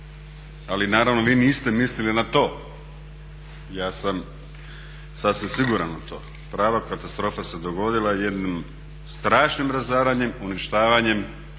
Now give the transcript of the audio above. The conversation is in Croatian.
ali naravno vi niste mislili na to, ja sam sasvim siguran u to. Prava katastrofa se dogodila jednim strašnim razaranjem, uništavanjem